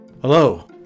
Hello